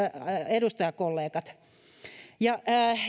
edustajakollegat vielä